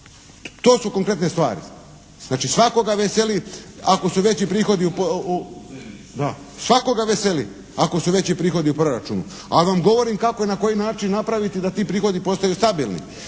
ako su veći prihodi. Svakoga veseli ako su veći prihodi u proračunu, ali vam govorim kako i na koji način napraviti da ti prihodi postaju stabilni,